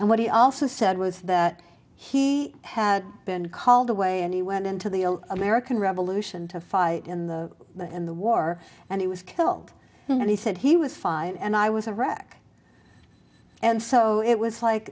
and what he also said was that he had been called away and he went into the american revolution to fight in the in the war and he was killed and he said he was fine and i was a wreck and so it was like